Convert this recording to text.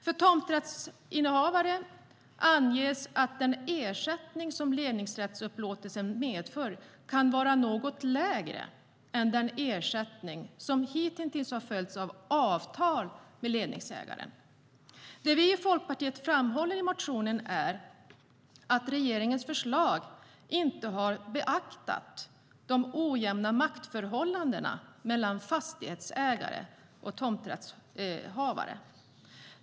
För tomträttshavare anges att den ersättning som ledningsrättsupplåtelse medför kan vara något lägre än den ersättning som hittills har följt av avtal med ledningsägaren. Det vi i Folkpartiet framhåller i motionen är att regeringens förslag inte har beaktat de ojämna maktförhållandena mellan fastighetsägare och tomträttshavare.